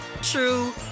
true